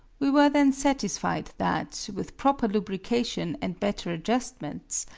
we were then satisfied that, with proper lubrication and better adjustments,